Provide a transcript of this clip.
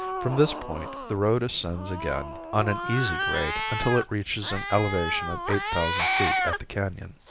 from this point the road ascends again on an easy grade until it reaches an elevation of eight thousand feet at the canon.